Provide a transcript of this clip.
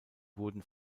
wurden